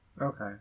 Okay